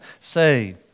say